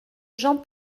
jean